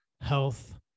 Health